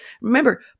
remember